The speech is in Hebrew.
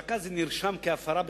רק אז זה נרשם כהפרה בכלל.